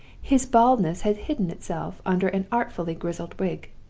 his baldness had hidden itself under an artfully grizzled wig.